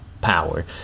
power